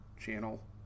Channel